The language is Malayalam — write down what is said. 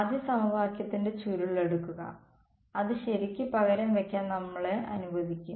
ആദ്യ സമവാക്യത്തിന്റെ ചുരുൾ എടുക്കുക അത് ശരിക്ക് പകരം വയ്ക്കാൻ നമ്മളെ അനുവദിക്കും